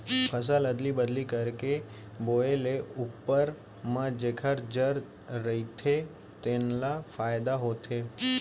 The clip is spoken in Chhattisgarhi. फसल अदली बदली करके बोए ले उप्पर म जेखर जर रहिथे तेनो ल फायदा होथे